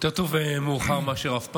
יותר טוב מאוחר מאשר אף פעם,